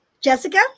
Jessica